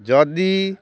ଯଦି